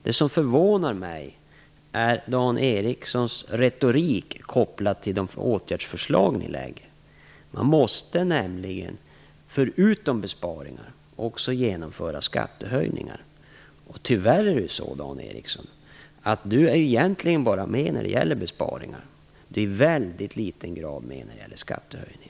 Det som förvånar mig är Dan Ericssons retorik, kopplad till de återförslag som ni framlägger. Man måste nämligen, förutom besparingar, också genomföra skattehöjningar. Tyvärr är det så att Dan Ericsson egentligen huvudsakligen är med på besparingar, och han är i väldigt låg grad med på skattehöjningar.